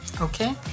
okay